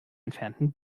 entfernten